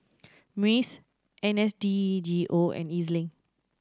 MUIS N S D G O and E Z Link